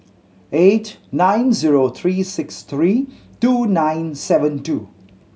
eight nine zero three six three two nine seven two